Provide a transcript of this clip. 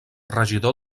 regidor